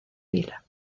vila